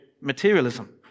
materialism